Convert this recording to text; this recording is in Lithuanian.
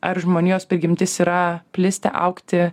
ar žmonijos prigimtis yra plisti augti